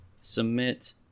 submit